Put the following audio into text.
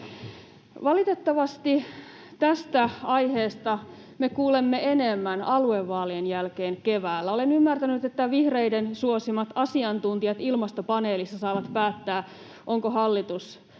Valitettavasti tästä aiheesta me kuulemme enemmän aluevaalien jälkeen keväällä. Olen ymmärtänyt, että vihreiden suosimat asiantuntijat ilmastopaneelissa saavat päättää, onko hallitus saanut